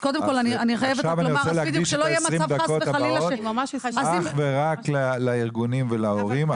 עכשיו אני רוצה להקדיש את 20 הדקות הבאות אך ורק לארגונים ולהורים,